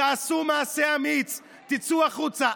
תעשו מעשה אמיץ, תצאו החוצה.